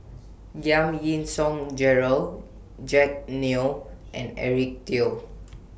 Giam Yean Song Gerald Jack Neo and Eric Teo